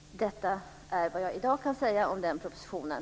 Detta är vad jag i dag kan säga om den propositionen.